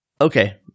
Okay